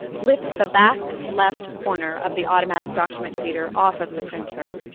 lift the back left corner of the automatic document feeder off of the printer.